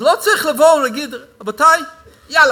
לא טועה.